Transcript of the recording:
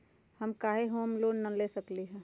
हम काहे home loan न ले सकली ह?